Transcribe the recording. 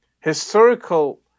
historical